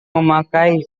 memakai